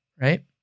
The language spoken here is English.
right